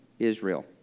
Israel